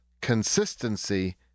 consistency